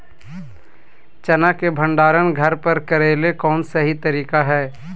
चना के भंडारण घर पर करेले कौन सही तरीका है?